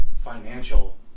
financial